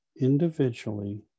individually